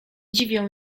dziwią